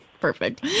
Perfect